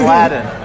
Aladdin